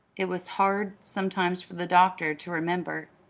it was hard, sometimes, for the doctor to remember.